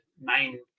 main